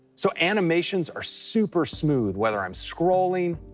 so animations are super smooth whether i'm scrolling,